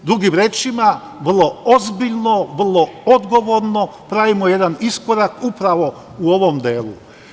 Drugim rečima, vrlo ozbiljno, vrlo odgovorno pravimo jedan iskorak upravo u ovom delu.